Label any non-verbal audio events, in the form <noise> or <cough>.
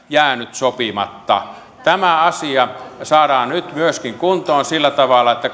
jäänyt sopimatta myöskin tämä asia saadaan nyt kuntoon sillä tavalla että <unintelligible>